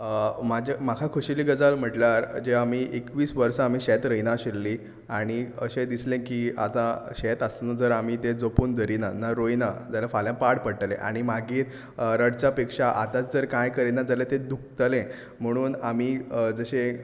म्हजें म्हाका खोशेली गजाल म्हणल्यार जे आमी एकवीस वर्सां आमी शेत रोयनाशिल्लीं आनी अशें दिसलें की आतां शेत आसून जर तें आमी जपून दवरीनात जावं रोयनात जाल्यार फाल्या पाड पडटलें आनी मागीर रडच्या पेक्षा आतांच जर कांय करीना जाल्यार तें दुकतलें म्हणून आमी जशें